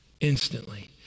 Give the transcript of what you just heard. Instantly